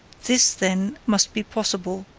this then must be possible,